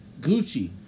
Gucci